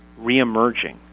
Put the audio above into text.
reemerging